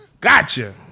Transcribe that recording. Gotcha